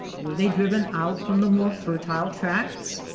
were they driven out from the more fertile tracts?